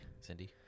Cindy